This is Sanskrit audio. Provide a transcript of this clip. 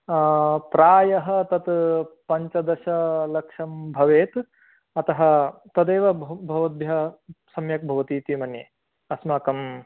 प्रायः तद् पञ्चदशलक्षं भवेत् अतः तदेव भवत्भ्यः सम्यक् भवति इति मन्ये अस्माकं